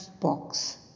box